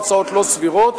הוצאות לא סבירות,